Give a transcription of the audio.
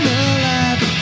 alive